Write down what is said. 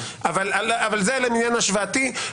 אבל זה לעניין השוואתי.